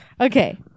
Okay